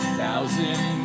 thousand